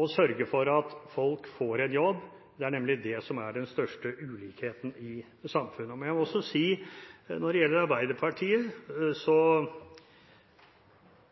og sørge for at folk får en jobb. Det er nemlig det som skaper den største ulikheten i samfunnet. Når det gjelder Arbeiderpartiet,